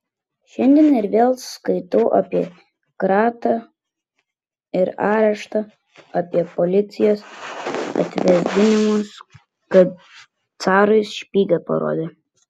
šiandien ir vėl skaitau apie kratą ir areštą apie policijos atvesdinimus kad carui špygą parodė